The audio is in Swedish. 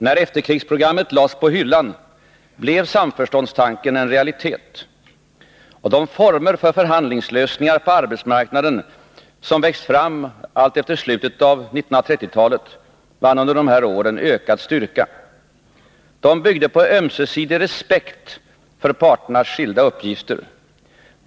När efterkrigsprogrammet lades på hyllan blev samförståndstanken en realitet, och de former för förhandlingslösningar på arbetsmarknaden som växt fram alltsedan slutet av 1930-talet vann under de här åren en ökad styrka. De byggde på ömsesidig respekt för parternas skilda uppgifter.